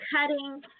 cutting